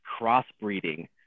crossbreeding